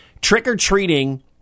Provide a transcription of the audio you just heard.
trick-or-treating